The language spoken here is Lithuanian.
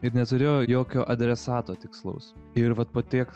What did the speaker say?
ir neturiu jokio adresato tikslaus ir vat po tiek